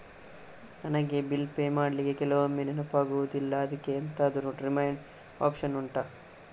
ನನಗೆ bill pay ಮಾಡ್ಲಿಕ್ಕೆ ಕೆಲವೊಮ್ಮೆ ನೆನಪಾಗುದಿಲ್ಲ ಅದ್ಕೆ ಎಂತಾದ್ರೂ ರಿಮೈಂಡ್ ಒಪ್ಶನ್ ಉಂಟಾ